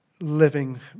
living